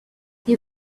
you